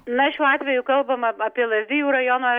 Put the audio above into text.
na šiuo atveju kalbama apie lazdijų rajoną